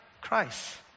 Christ